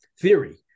theory